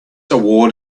award